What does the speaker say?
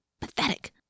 Pathetic